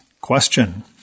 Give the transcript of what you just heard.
question